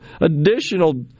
additional